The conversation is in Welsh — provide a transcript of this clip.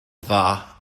dda